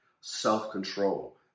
self-control